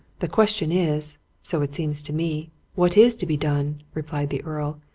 the question is so it seems to me what is to be done, replied the earl,